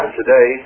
today